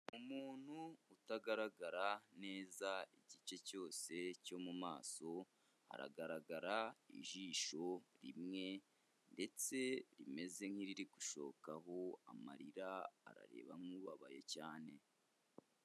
Umuntu utagaragara neza igice cyose cyo mu maso, hagaragara ijisho rimwe ndetse rimeze nk'iriri gushokaho amarira, arareba nk'ubabaye cyane.